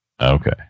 Okay